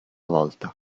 volta